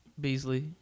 Beasley